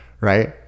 right